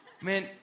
man